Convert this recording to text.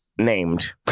named